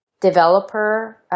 developer